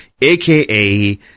aka